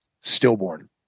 stillborn